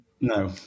No